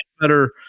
better